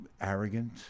arrogant